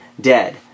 dead